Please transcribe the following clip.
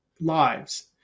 lives